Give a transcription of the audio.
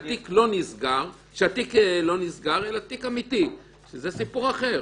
שהתיק לא נסגר אלא תיק אמיתי שזה סיפור אחר.